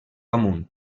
amunt